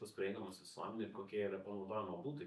bus prieinamas visuomenei ir kokie yra panaudojimo būdai